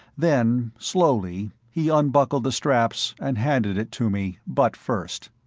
then, slowly, he unbuckled the straps and handed it to me, butt first.